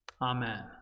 Amen